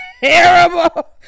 terrible